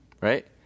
right